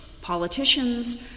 Politicians